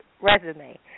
resume